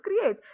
create